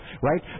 Right